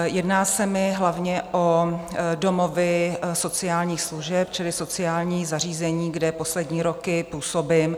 Jedná se mi hlavně o domovy sociálních služeb čili sociální zařízení, kde poslední roky působím.